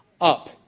up